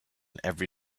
every